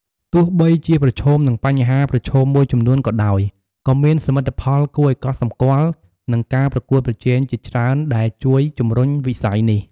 ទោះបីជាប្រឈមនឹងបញ្ហាប្រឈមមួយចំនួនក៏ដោយ ក៏មានសមិទ្ធផលគួរឱ្យកត់សម្គាល់ និងការប្រកួតប្រជែងជាច្រើនដែលជួយជំរុញវិស័យនេះ។